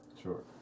Sure